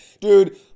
Dude